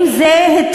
זה לא ביטוי נגד,